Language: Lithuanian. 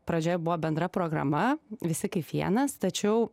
pradžioje buvo bendra programa visi kaip vienas tačiau